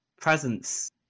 presence